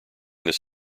this